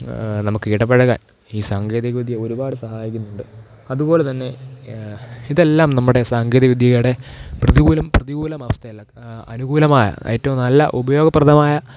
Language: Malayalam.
നമുക്ക് ഇടപെഴകാൻ ഈ സാങ്കേതികവിദ്യ ഒരുപാട് സഹായിക്കുന്നുണ്ട് അതുപോലെ തന്നെ ഇതെല്ലാം നമ്മുടെ സാങ്കേതികവിദ്യയുടെ പ്രതികൂലം പ്രതികൂല അവസ്ഥയല്ല അനുകൂലമായ ഏറ്റവും നല്ല ഉപയോഗപ്രദമായ